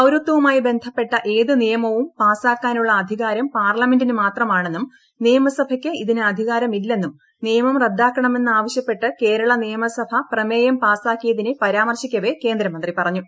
പൌരത്വവുമായി ബന്ധപ്പെട്ട ഏത് നിയ്മ്പു്ം പാസ്സാക്കാനുള്ള അധികാരം പാർലമെന്റിന് മാത്രമാണ്ണെന്നും നിയമസഭയ്ക്ക് ഇതിന് അധികാരം ഇല്ലെന്നും ്നിയ്മം റദ്ദാക്കണമെന്ന് ആവശ്യപ്പെട്ട് കേരള നിയ്ക്സ്ട് പ്രമേയം പാസ്സാക്കിയതിനെ പരാമർശിക്കവേ കേന്ദ്രമീന്തി പറഞ്ഞു